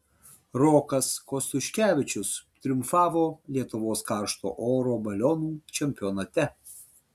rokas kostiuškevičius triumfavo lietuvos karšto oro balionų čempionate